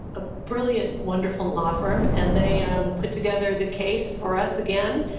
a brilliant, wonderful law firm. and they um put together the case for us again.